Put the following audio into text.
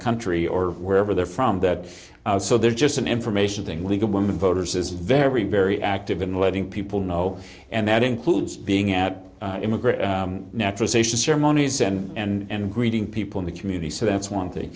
country or wherever they're from that so they're just an information thing league of women voters is very very active in letting people know and that includes being at immigrant naturalization ceremonies and greeting people in the community so that's one thing